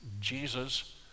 Jesus